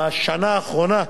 בשנה האחרונה,